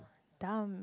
dumb